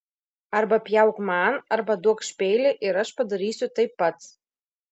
arba pjauk man arba duokš peilį ir aš padarysiu tai pats